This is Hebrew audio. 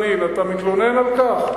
הכנסת חנין, אתה מתלונן על כך?